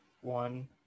one